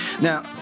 Now